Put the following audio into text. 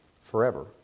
forever